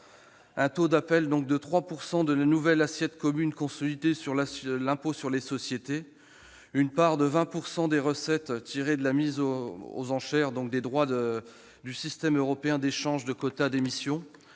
un taux d'appel de 3 % sur une nouvelle assiette commune consolidée pour l'impôt sur les sociétés, une part de 20 % des recettes tirées de la mise aux enchères des droits du système européen d'échange de quotas d'émission